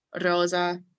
Rosa